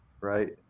Right